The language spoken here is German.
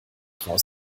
raus